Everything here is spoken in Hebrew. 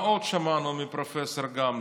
מה עוד שמענו מפרופ' גמזו?